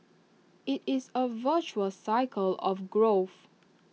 IT is A virtuous cycle of growth